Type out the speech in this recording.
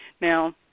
Now